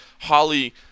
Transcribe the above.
Holly –